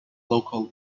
local